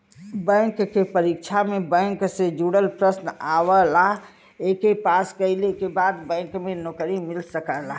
bank के परीक्षा में बैंक से जुड़ल प्रश्न आवला एके पास कइले के बाद बैंक में नौकरी मिल सकला